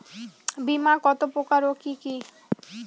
বীমা কত প্রকার ও কি কি?